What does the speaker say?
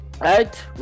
right